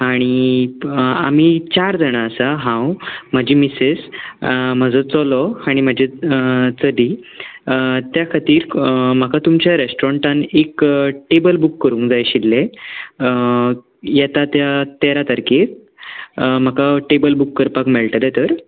आनी आमी चार जाणां आसा हांव म्हजी मिसेस म्हाजो चलो आनी म्हाजें चली त्या खातीर म्हाका तुमच्या रेस्टॉरंटान एक टॅबल बूक करूंक जाय आशिल्लें येता त्या तेरा तारखेर म्हाका टॅबल बूक करपाक मेळटलें तर